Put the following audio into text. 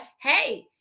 Hey